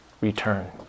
return